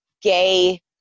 gay